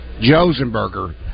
Josenberger